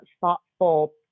thoughtful